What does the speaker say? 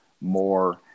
more